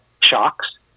shocks